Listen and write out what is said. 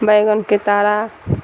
بیگن کے تارہ